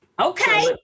Okay